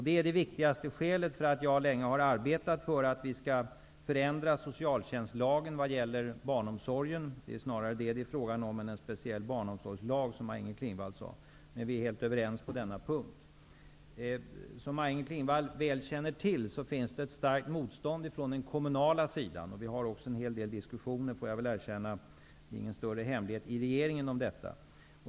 Det är det viktigaste skälet till att jag länge har arbetat för att vi skall förändra socialtjänstlagen vad gäller barnomsorgen; det är snarare fråga om det än om en speciell barnomsorgslag. Vi är helt överens på denna punkt. Som Maj-Inger Klingvall väl känner till, finns det ett starkt motstånd från den kommunala sidan, och vi har också en hel del diskussioner, får jag väl erkänna -- det är ingen större hemlighet -- i regeringen om detta.